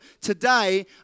today